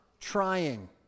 trying